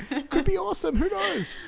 could be awesome. who knows?